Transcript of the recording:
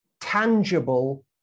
tangible